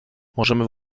możemy